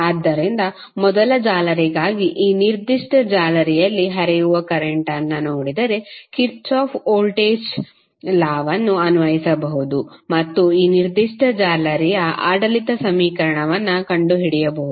ಆದ್ದರಿಂದ ಮೊದಲ ಜಾಲರಿಗಾಗಿ ಈ ನಿರ್ದಿಷ್ಟ ಜಾಲರಿಯಲ್ಲಿ ಹರಿಯುವ ಕರೆಂಟ್ಅನ್ನು ನೋಡಿದರೆ ಕಿರ್ಚಾಫ್ ವೋಲ್ಟೇಜ್ ಲಾ ವನ್ನು ಅನ್ವಯಿಸಬಹುದು ಮತ್ತು ಈ ನಿರ್ದಿಷ್ಟ ಜಾಲರಿಯ ಆಡಳಿತ ಸಮೀಕರಣವನ್ನು ಕಂಡುಹಿಡಿಯಬಹುದು